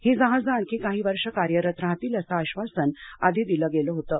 ही जहाजं आणखी काही वर्ष कार्यरत राहतील असं आश्वासन आधी दिलं गेलं होतं